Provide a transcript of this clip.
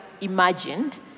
imagined